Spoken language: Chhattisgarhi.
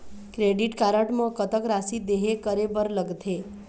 क्रेडिट कारड म कतक राशि देहे करे बर लगथे?